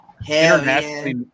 Internationally